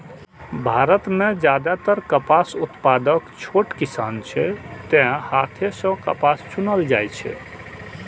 भारत मे जादेतर कपास उत्पादक छोट किसान छै, तें हाथे सं कपास चुनल जाइ छै